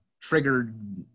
triggered